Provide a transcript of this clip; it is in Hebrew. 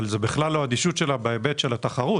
אבל זה בכלל לא אדישות שלה בהיבט של התחרות.